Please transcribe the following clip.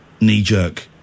knee-jerk